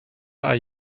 are